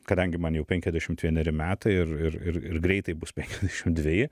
kadangi man jau penkiadešimt vieneri metai ir ir ir ir greitai bus penkiasdešim dveji